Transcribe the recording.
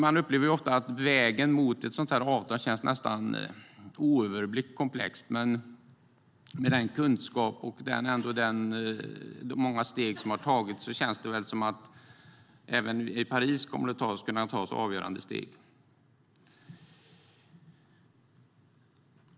Man upplever dock ofta att vägen mot ett sådant avtal känns nästan oöverblickbart komplex, men med den kunskap och de många steg som har tagits känns det som att avgörande steg kommer att kunna tas även i Paris.